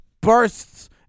bursts